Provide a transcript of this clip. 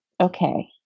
okay